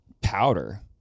powder